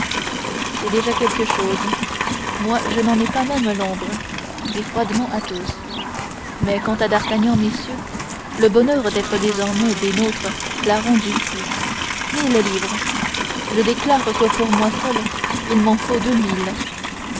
c'est déjà quelque chose moi je n'en ai pas même l'ombre fit froidement athos mais quant à d'artagnan messieurs le bonheur d'être désormais des nôtres l'a rendu fou mille livres je déclare que pour moi seul il m'en faut